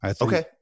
Okay